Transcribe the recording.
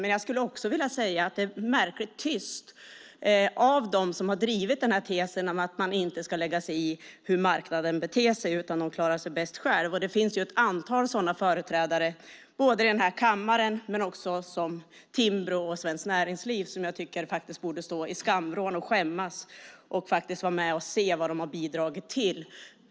Det är dock märkligt tyst från dem som drivit tesen om att staten inte ska lägga sig i hur marknaden beter sig eftersom den klarar sig bäst själv. Utöver ett antal sådana företrädare i kammaren finns Timbro och Svenskt Näringsliv som borde stå i skamvrån och skämmas över vad de har bidragit till.